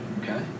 okay